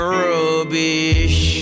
rubbish